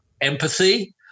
empathy